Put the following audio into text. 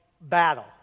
battle